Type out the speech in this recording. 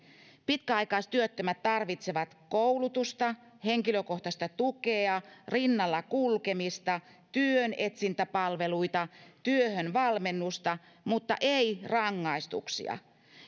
pitkäaikaistyöttömät tarvitsevat koulutusta henkilökohtaista tukea rinnalla kulkemista työnetsintäpalveluita työhön valmennusta mutta eivät rangaistuksia